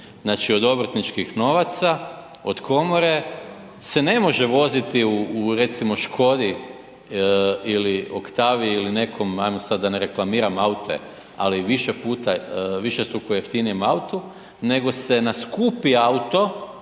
Znači od obrtničkih novaca, od komore se ne može voditi u recimo Škodi ili Oktaviji ili nekom ajmo sada da ne reklamiram aute, ali više puta višestruko jeftinijem autu, nego se na skupi auto